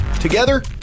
Together